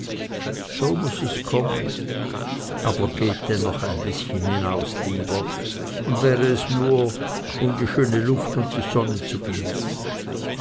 so muß es kommen aber geht dennoch ein bißchen hinaus lieber und wäre es nur um die schöne luft und die sonne zu genießen